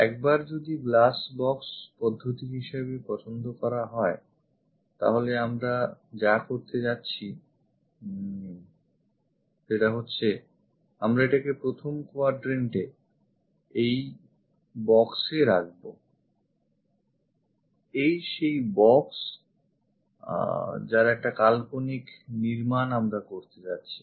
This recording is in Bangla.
একবার যদি তা glassbox পদ্ধতি হিসেবে পছন্দ করা হয় তাহলে আমরা যা করতে যাচ্ছি সেটা হচ্ছে আমরা এটাকে প্রথম quadrant এ এই box এ রাখবো এই সেই box যার একটা কাল্পনিক নির্মাণ আমরা করতে যাচ্ছি